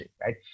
right